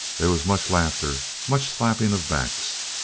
there was much laughter, much slapping of backs.